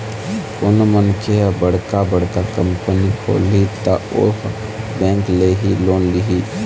कोनो मनखे ह बड़का बड़का कंपनी खोलही त ओहा बेंक ले ही लोन लिही